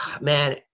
man